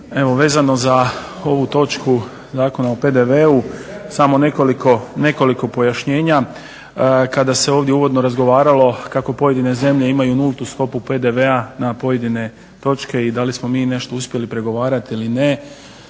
vezano za ovu točku Zakona o PDV-u samo nekoliko pojašnjenja. Kada se ovdje uvodno razgovaralo kako pojedine zemlje imaju nultu stopu PDV-a na pojedine točke i da li smo mi nešto uspjeli pregovarati ili ne